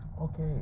Okay